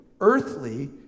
earthly